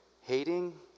hating